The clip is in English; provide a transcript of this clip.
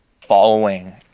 following